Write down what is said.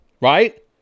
right